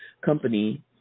company